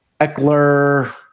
Eckler